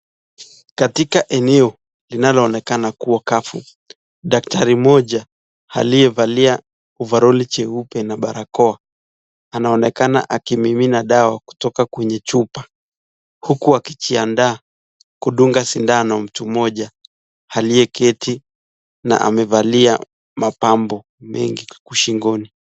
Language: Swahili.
Katika eneo linaloonekana kuwa kavu dakatari mmoja aliyevalia ovarol cheupe na barakoa anaonekana akimimina dawa kutoka kwenye chupa huku akijiandaa kudunga shindano mtu mmoja aliyeketi na amevalia mapambo mengi shingoni.